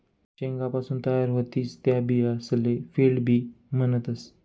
शेंगासपासून तयार व्हतीस त्या बियासले फील्ड बी म्हणतस